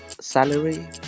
salary